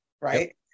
right